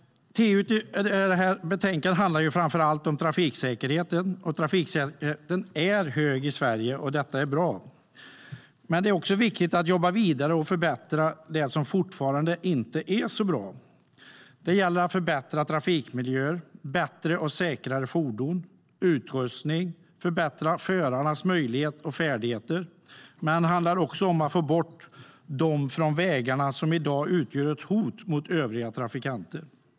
Betänkandet handlar framför allt om trafiksäkerheten. Den är hög i Sverige, och detta är bra. Men det är också viktigt att jobba vidare med att förbättra det som fortfarande inte är så bra. Det gäller att förbättra trafikmiljöer, att göra bättre och säkrare fordon och utrustning och att förbättra förarnas möjligheter och färdigheter, men det handlar också om att få bort dem från vägarna som i dag utgör ett hot mot övriga trafikanter.